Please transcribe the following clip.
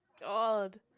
God